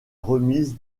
remise